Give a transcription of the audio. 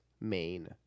main